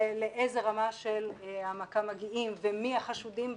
ולאיזו רמה של העמקה מגיעים, ומי החשודים בתיק,